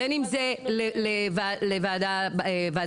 ובין אם זה לוועדת הפנים.